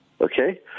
Okay